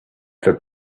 that